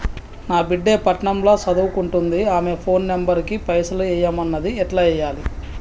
నా బిడ్డే పట్నం ల సదువుకుంటుంది ఆమె ఫోన్ నంబర్ కి పైసల్ ఎయ్యమన్నది ఎట్ల ఎయ్యాలి?